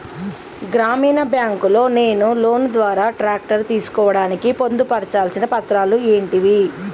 గ్రామీణ బ్యాంక్ లో నేను లోన్ ద్వారా ట్రాక్టర్ తీసుకోవడానికి పొందు పర్చాల్సిన పత్రాలు ఏంటివి?